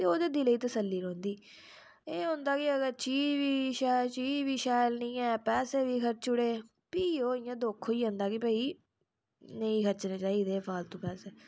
ते ओह्दे दिलै ई तसल्ली रौंह्दी अगर चीज शैल चीज बी शैल निं ऐ पैसे बी खरची ओड़ै भी ओह् इ'यां दुख होई जंदा भाई इ नेईं खरचनें चाहिदे फालतू पैसे